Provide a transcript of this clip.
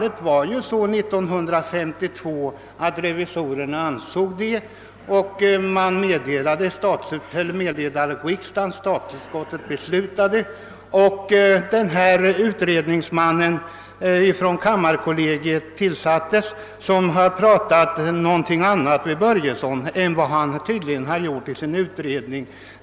1952 ansåg revisorerna det vara fallet med utsyningsrätten i Böda kronopark och meddelade detta till riksdagen, varpå utskottet tog ställning. Därefter tillsattes kammarkollegiets utredningsman — som tydligen nu har sagt något annat till herr Börjesson i Glömminge än vad han har skrivit i sin utredning.